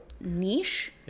niche